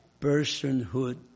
personhood